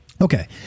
Okay